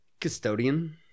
custodian